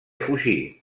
fugir